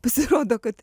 pasirodo kad